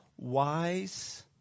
wise